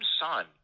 son